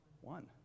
one